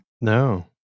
No